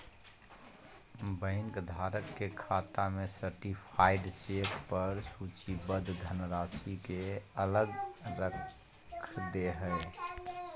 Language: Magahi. बैंक धारक के खाते में सर्टीफाइड चेक पर सूचीबद्ध धनराशि के अलग रख दे हइ